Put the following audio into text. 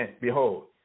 behold